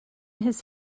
his